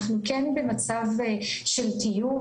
אנחנו כן במצב של טיוב,